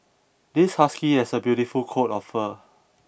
this husky has a beautiful coat of fur